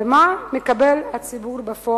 ומה הציבור מקבל בפועל?